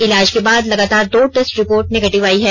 इलाज के बाद लगातार दो टेस्ट रिपोर्ट नेगेटिव आई है